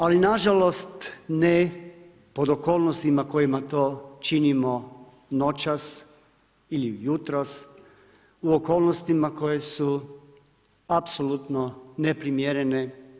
Ali nažalost, ne pod okolnostima kojima to činimo noćas ili jutros, u okolnostima koje su apsolutno neprimjerene.